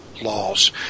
Laws